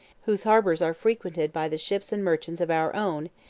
whose harbors are frequented by the ships and merchants of our own,